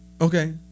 Okay